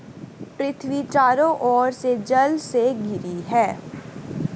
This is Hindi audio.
पृथ्वी चारों ओर से जल से घिरी है